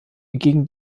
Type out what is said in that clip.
gegen